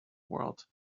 world